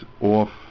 off